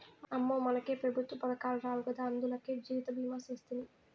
అమ్మో, మనకే పెఋత్వ పదకాలు రావు గదా, అందులకే జీవితభీమా సేస్తిని